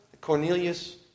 Cornelius